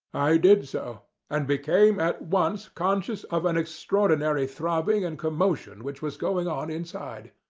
i did so and became at once conscious of an extraordinary throbbing and commotion which was going on inside.